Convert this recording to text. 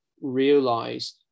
realize